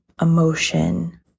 emotion